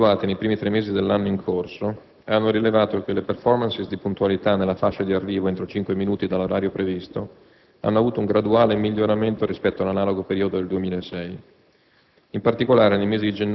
I monitoraggi effettuati nei primi tre mesi dell'anno in corso hanno rilevato che le *performance* di puntualità nella fascia di arrivo entro 5 minuti dall'orario previsto, hanno avuto un graduale miglioramento rispetto all'analogo periodo del 2006.